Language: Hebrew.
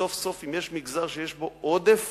סוף-סוף, אם יש מגזר שיש בו עודף